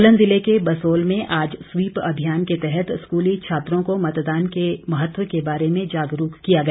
सोलन जिले के बसोल में आज स्वीप अभियान के तहत स्कूली छात्रों को मतदान के महत्व के बारे में जागरूक किया गया